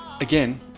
Again